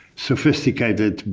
sophisticated,